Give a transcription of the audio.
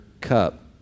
cup